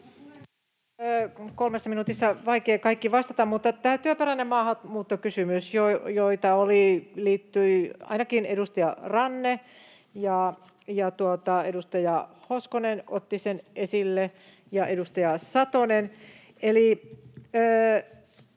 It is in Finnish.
Kolmessa minuutissa on vaikea kaikkiin vastata, mutta otetaan tämä työperäisen maahanmuuton kysymys — ainakin edustaja Ranne ja edustaja Hoskonen ottivat sen esille ja edustaja Satonen.